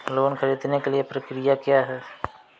Loan ख़रीदने के लिए प्रक्रिया क्या है?